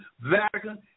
Vatican